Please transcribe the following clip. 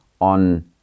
on